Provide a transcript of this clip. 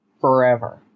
forever